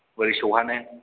बोरै सौहानो